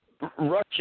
Russia